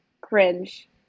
cringe